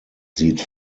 sieht